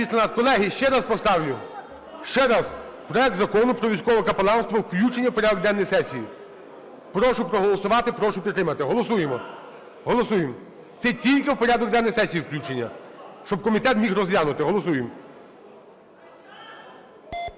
За-213 Колеги, ще раз поставлю. Ще раз. Проект Закону про військове капеланство, включення у порядок денний сесії. Прошу проголосувати, прошу підтримати. Голосуємо! Голосуємо! Це тільки у порядок денний сесії включення, щоб комітет міг розглянути. Голосуємо.